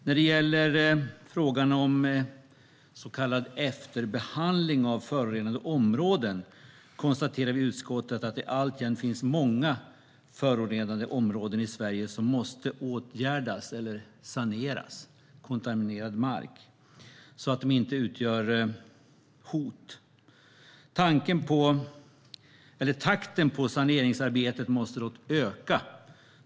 När det gäller frågan om så kallad efterbehandling av förorenade områden konstaterar utskottet att det alltjämt finns många förorenade områden i Sverige som måste åtgärdas, det vill säga sanering av kontaminerad mark, så att de inte utgör hot. Det framgår i betänkandet att takten på saneringsarbetet måste öka.